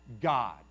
God